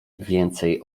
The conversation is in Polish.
więcej